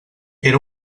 era